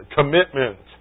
commitment